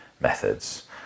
methods